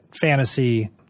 Fantasy